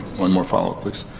one more follow up please.